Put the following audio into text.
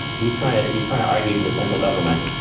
he's trying to he's trying to argue to the central government,